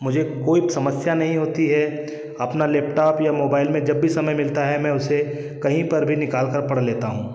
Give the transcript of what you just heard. मुझे कोई समस्या नहीं होती है अपना लैपटॉप या मोबाइल में जब भी समय मिलता है मैं उसे कहीं पर भी निकाल कर पढ़ लेता हूँ